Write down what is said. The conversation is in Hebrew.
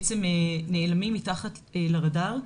נעלמות מתחת לרדאר.